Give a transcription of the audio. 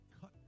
cut